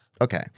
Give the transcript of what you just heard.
Okay